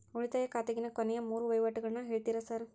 ಉಳಿತಾಯ ಖಾತ್ಯಾಗಿನ ಕೊನೆಯ ಮೂರು ವಹಿವಾಟುಗಳನ್ನ ಹೇಳ್ತೇರ ಸಾರ್?